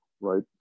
right